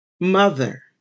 Mother